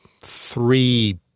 three